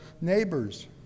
neighbors